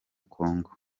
congo